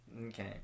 Okay